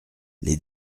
les